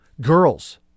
girls